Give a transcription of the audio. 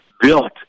built